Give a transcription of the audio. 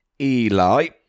Eli